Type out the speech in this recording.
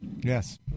yes